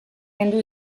kendu